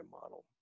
model